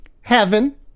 heaven